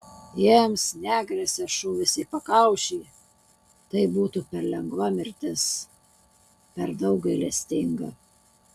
jiems negresia šūvis į pakaušį tai būtų per lengva mirtis per daug gailestinga